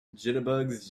jitterbugs